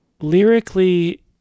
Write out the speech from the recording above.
lyrically